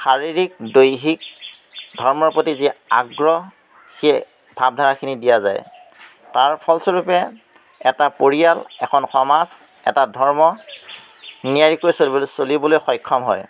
শাৰীৰিক দৈহিক ধৰ্মৰ প্ৰতি যি আগ্ৰহ সেই ভাৱধাৰাখিনি দিয়া যায় তাৰ ফলস্বৰূপে এটা পৰিয়াল এখন সমাজ এটা ধৰ্ম নিয়াৰিকৈ চলিবলৈ চলিবলৈ সক্ষম হয়